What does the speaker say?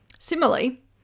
Similarly